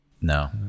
No